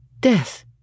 death